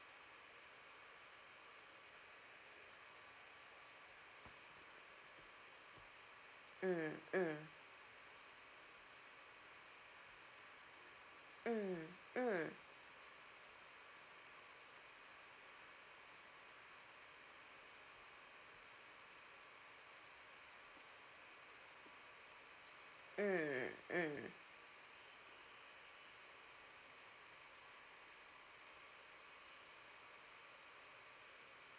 mm mm mm mm mm mm